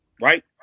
Right